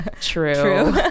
True